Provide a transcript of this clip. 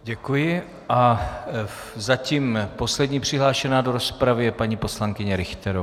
Děkuji a zatím poslední přihlášená do rozpravy je paní poslankyně Richterová.